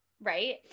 right